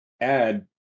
add